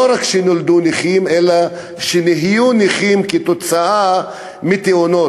לא רק כאלה שנולדו נכים אלא גם כאלה שנהיו נכים כתוצאה מתאונות,